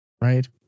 right